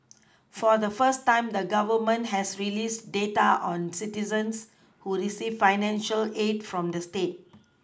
for the first time the Government has released data on citizens who receive financial aid from the state